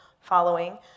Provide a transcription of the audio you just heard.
following